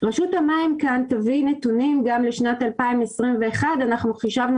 רשות המים תביא נתונים גם לשנת 2021. אנחנו חישבנו